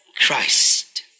Christ